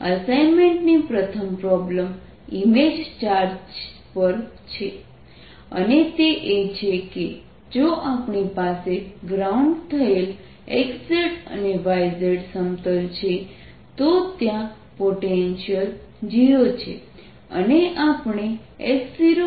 અસાઇનમેન્ટની પ્રથમ problem image charge પર છે અને તે એ છે કે જો આપણી પાસે ગ્રાઉન્ડ થયેલ x z અને y z સમતલ છે તો ત્યાં પોટેન્શિયલ 0 છે